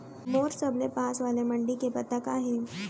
मोर सबले पास वाले मण्डी के पता का हे?